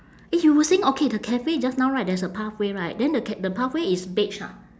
eh you were saying okay the cafe just now right there's a pathway right then the c~ the pathway is beige ha